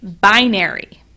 binary